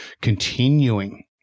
continuing